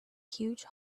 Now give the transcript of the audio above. huge